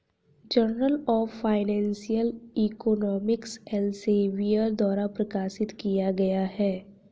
journal of financial economics Elsevier द्वारा प्रकाशित किया गया हैं